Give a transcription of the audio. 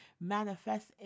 manifest